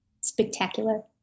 spectacular